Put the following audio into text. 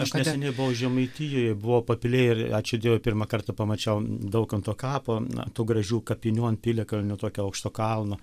aš neseniai buvau žemaitijoje buvau papilėj ir ačiū dievui pirmą kartą pamačiau daukanto kapą ant tų gražių kapinių ant piliakalnio tokio aukšto kalno